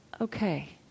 Okay